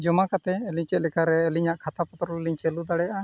ᱡᱚᱢᱟ ᱠᱟᱛᱮ ᱟᱹᱞᱤᱧ ᱪᱮᱫ ᱞᱮᱠᱟᱨᱮ ᱟᱹᱞᱤᱧᱟᱜ ᱠᱷᱟᱛᱟ ᱯᱚᱛᱨᱚᱞᱤᱧ ᱪᱟᱞᱩ ᱫᱟᱲᱮᱭᱟᱜᱼᱟ